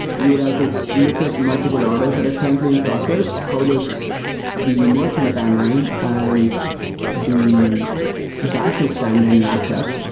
you would have to look at multiple orders that are currently in process. how does the merchant timeline and the dasher s timeline match up?